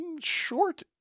short